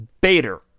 Bader